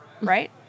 Right